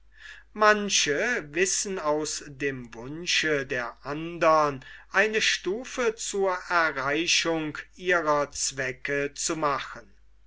manche wissen aus dem wunsche der andern eine stufe zur erreichung ihrer zwecke zu machen